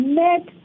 met